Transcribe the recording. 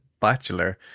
bachelor